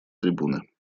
трибуны